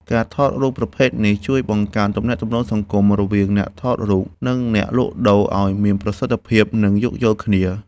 ការថតរូបប្រភេទនេះជួយបង្កើនទំនាក់ទំនងសង្គម រវាងអ្នកថតរូប និងអ្នកលក់ដូរឱ្យមានភាពស្និទ្ធស្នាល និងយោគយល់គ្នា។